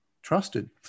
trusted